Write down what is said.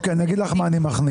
אוקיי, אני אגיד לך מה אני מכניס.